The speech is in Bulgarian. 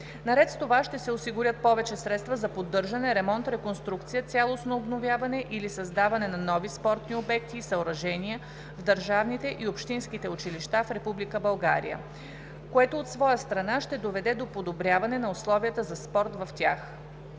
Наред с това ще се осигурят повече средства за поддържане, ремонт, реконструкция, цялостно обновяване или създаване на нови спортни обекти и съоръжения в държавните и общинските училища в Република България, което от своя страна ще доведе до подобряване на условията за спорт в тях.